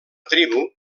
tribu